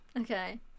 Okay